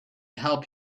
help